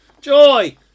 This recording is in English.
joy